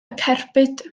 cerbyd